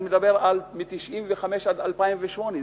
אני מדבר מ-1995 עד 2008,